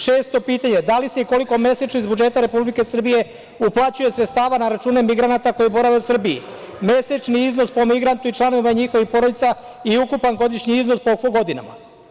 Šesto pitanje – da li se i koliko mesečno iz budžeta Republike Srbije uplaćuje sredstava na račune migranata koji borave u Srbiji, mesečni iznos po migrantu i članove njihovih porodica i ukupni godišnji iznos po godinama?